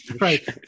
right